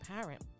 parent